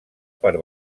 per